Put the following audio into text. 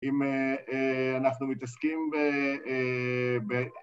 אם אה... אה... אנחנו מתעסקים ב... אה... ב...